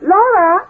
Laura